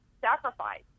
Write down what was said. sacrifice